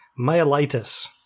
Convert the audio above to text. myelitis